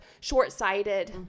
short-sighted